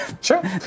Sure